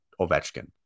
Ovechkin